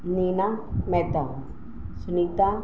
Neena Mehta Sunita